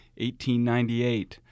1898